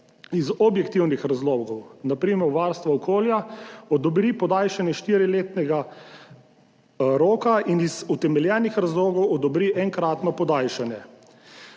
Iz objektivnih razlogov, na primer varstvo okolja, odobri podaljšanje štiriletnega roka in iz utemeljenih razlogov odobri enkratno podaljšanje.